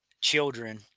children